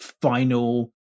final